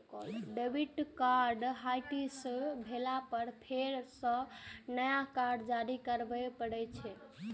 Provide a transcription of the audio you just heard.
debit card hotlist भेला पर फेर सं नया कार्ड जारी करबे पड़ै छै